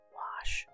wash